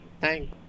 Thank